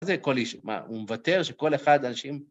זה כל איש, מה, הוא מוותר שכל אחד האנשים...